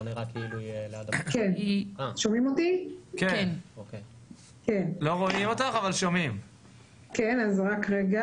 היא מוכרת לנו,